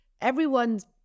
everyone's